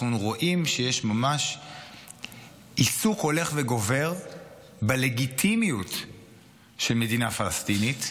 אנחנו רואים שיש ממש עיסוק הולך וגובר בלגיטימיות של מדינה פלסטינית,